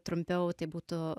trumpiau tai būtų